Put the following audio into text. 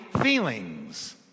feelings